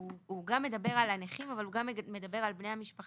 הוא גם מדבר על הנכים אבל הוא גם מדבר על בני המשפחה